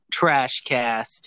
Trashcast